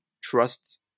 trust